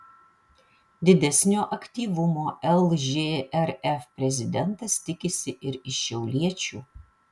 didesnio aktyvumo lžrf prezidentas tikisi ir iš šiauliečių